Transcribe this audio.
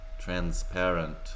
transparent